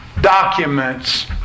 documents